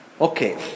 Okay